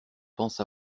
pense